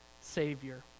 Savior